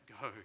go